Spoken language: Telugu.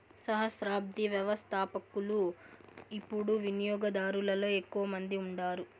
సహస్రాబ్ది వ్యవస్థపకులు యిపుడు వినియోగదారులలో ఎక్కువ మంది ఉండారు